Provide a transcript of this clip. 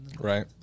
right